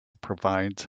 provides